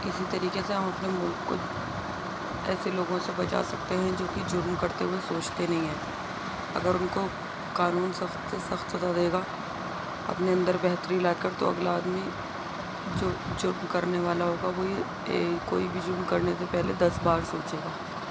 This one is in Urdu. اسی طریقے سے ہم اپنے ملک کو ایسے لوگوں سے بچا سکتے ہیں جو کہ جرم کرتے ہوئے سوچتے نہیں ہیں اگر ان کو قانون سخت سے سخت سزا دے گا اپنے اندر بہتری لاکر تو اگلا آدمی جو جرم کرنے والا ہوگا وہ یہ کوئی بھی جرم کرنے سے پہلے دس بار سوچے گا